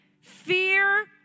Fear